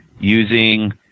using